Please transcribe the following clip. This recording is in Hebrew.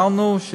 דיברנו על זה,